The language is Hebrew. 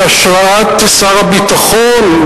בהשראת שר הביטחון,